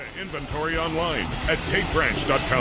inventory online at tategrants dot com